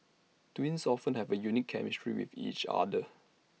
twins often have A unique chemistry with each other